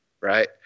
Right